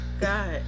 God